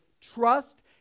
trust